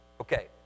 Okay